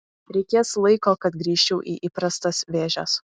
reikės laiko kad grįžčiau į įprastas vėžes